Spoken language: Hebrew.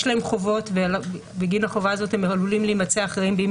להם חובות ובגין החובה הזאת הם עלולים להימצא אחראים באם